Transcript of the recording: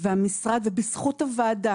ובזכות הוועדה